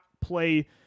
play